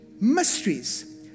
mysteries